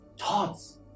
thoughts